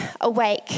awake